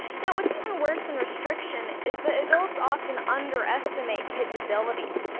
now, what's even worse than restriction, is that adults often underestimate kids' abilities.